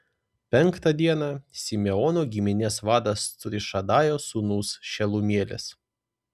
penktą dieną simeono giminės vadas cūrišadajo sūnus šelumielis